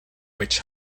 witch